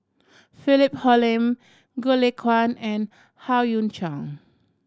Philip Hoalim Goh Lay Kuan and Howe Yoon Chong